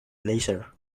leisure